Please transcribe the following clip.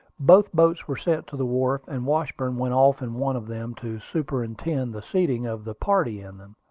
both boats were sent to the wharf, and washburn went off in one of them to superintend the seating of the party in them.